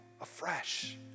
afresh